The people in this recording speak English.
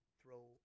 throw